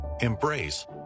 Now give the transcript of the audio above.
embrace